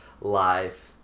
life